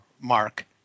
mark